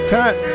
cut